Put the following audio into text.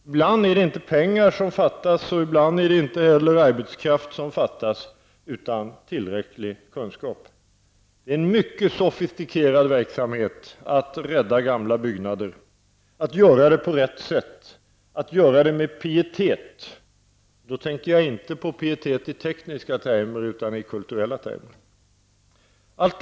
Ibland är det inte pengar som fattas, och ibland är det inte heller arbetskraft, utan tillräcklig kunskap. Det är en mycket sofistikerad verksamhet att rädda gamla byggnader, att göra det på rätt sätt och att göra det med pietet -- och då tänker jag inte på pietet i tekniska termer utan i kulturella. Fru talman!